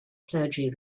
clergy